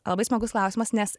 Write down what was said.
labai smagus klausimas nes